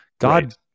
God